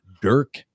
Dirk